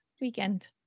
weekend